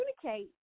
communicate